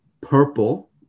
purple